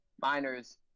Miners